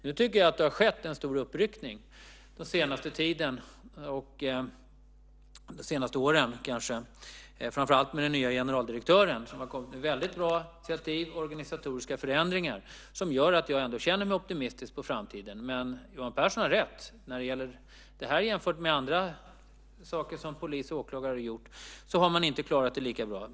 Nu tycker jag att det har skett en stor uppryckning den senaste tiden, de senaste åren kanske, framför allt med den nya generaldirektören som har kommit med väldigt bra initiativ och organisatoriska förändringar som gör att jag ändå känner mig optimistisk inför framtiden. Johan Pehrson har dock rätt: Jämför vi detta med andra saker som polis och åklagare har gjort har man inte klarat detta lika bra.